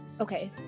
okay